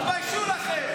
תתביישו לכם.